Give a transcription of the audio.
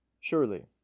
Surely